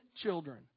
children